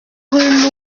rue